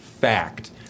Fact